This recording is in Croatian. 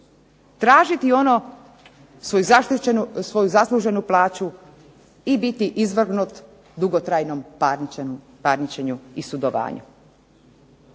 tražiti svoju zasluženu plaću i biti izvrgnut dugotrajnom parničenju i sudovanju.